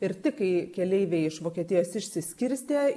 ir tik kai keleiviai iš vokietijos išsiskirstė